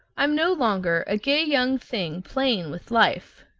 i'm no longer a gay young thing playing with life.